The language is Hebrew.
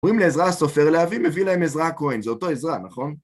אומרים לעזרא הסופר להביא, מביא להם עזרא כהן, זה אותו עזרא, נכון?